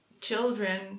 Children